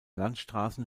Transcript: landstraßen